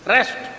Rest